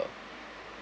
a